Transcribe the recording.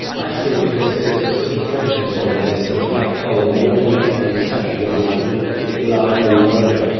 i see, because there is a sort of prejudice one has that a black hole would automatically suck everything up and get larger and larger.